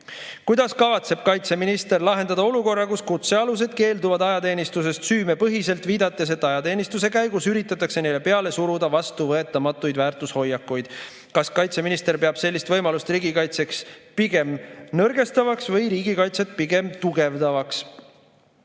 Kuidas kavatseb kaitseminister lahendada olukorra, kus kutsealused keelduvad ajateenistusest süümepõhiselt, viidates, et ajateenistuse käigus üritatakse neile peale suruda vastuvõetamatuid väärtushoiakuid? Kas kaitseminister peab sellist võimalust riigikaitset pigem nõrgestavaks või riigikaitset pigem tugevdavaks?